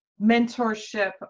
mentorship